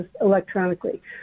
electronically